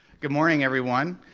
good morning, everyone.